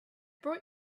brought